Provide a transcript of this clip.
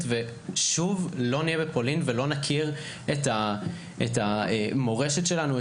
ושוב לא נהיה בפולין ולא נכיר את המורשת שלנו,